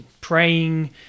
praying